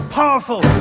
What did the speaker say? powerful